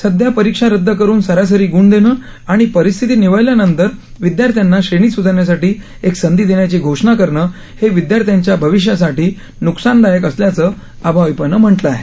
सध्या परीक्षा रद्द करून सरासरी ग्ण देणं आणि परिस्थिती निवळल्यानंतर विद्यार्थ्यांना श्रेणीसुधारसाठी एक संधी देण्याची घोषणा करणं हे विद्यार्थ्यांच्या भविष्यासाठी न्कसानदायक असल्याचं अभाविपनं म्हटलं आहे